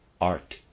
art